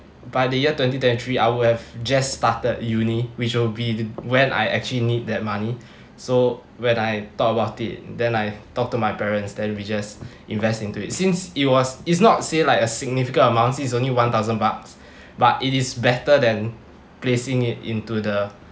by the year twenty twenty three I would have just started uni which will be when I actually need that money so when I thought about it then I talk to my parents and we just invest into it since it was it's not say like a significant amount since it's only one thousand bucks but it is better than placing it into the